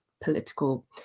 political